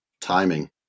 Timing